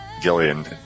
Gillian